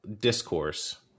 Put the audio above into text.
discourse